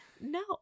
No